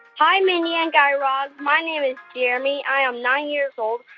hi, mindy and guy raz. my name is jeremy. i'm nine years old.